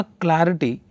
clarity